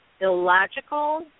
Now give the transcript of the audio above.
illogical